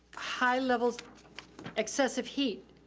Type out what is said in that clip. high levels excessive heat.